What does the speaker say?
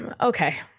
okay